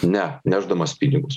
ne nešdamas pinigus